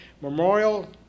memorial